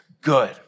good